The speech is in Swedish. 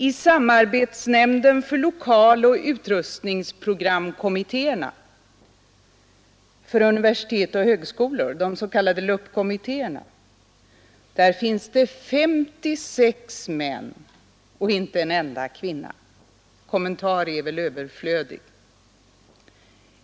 I samarbetsnämnden för lokaloch utrustningsprogramkommittéerna för universitet och högskolor — de s.k. LUP-kommittéerna finns det 56 män och inte en enda kvinna. Kommentar är väl överflödig.